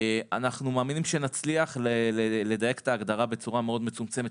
אנחנו מאמינים שנצליח לדייק את ההגדרה בצורה מאוד מצומצמת.